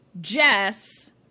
Jess